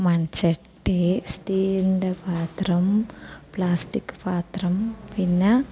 മൺചട്ടി സ്റ്റീലിൻ്റെ പാത്രം പ്ലാസ്റ്റിക് പാത്രം പിന്നെ